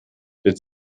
der